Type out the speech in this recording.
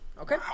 Okay